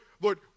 Lord